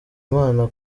imana